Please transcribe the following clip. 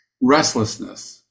Restlessness